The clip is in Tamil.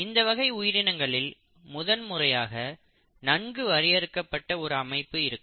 இந்த வகை உயிரினங்களில் முதல் முறையாக நன்கு வரையறுக்கப்பட்ட ஒரு அமைப்பு இருக்கும்